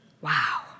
Wow